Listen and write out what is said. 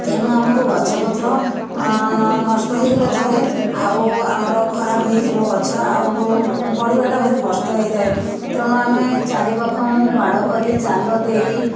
ତେଣୁ ଆମକୁ ଗଛପତ୍ର ନ ନ ନଷ୍ଟ ହେଇଗଲେ ଥରେ ଆଉ ଆମର ଖରାପ ହୋଇଯିବ ଗଛ ଆଉ ବଢ଼ିବା ଟା ଭାରି କଷ୍ଟ ହେଇଥାଏ ତେଣୁ ଆମେ ଚାରିପାଖ ମୁଁ ବାଡ଼ କରି ଜାଲ ଦେଇ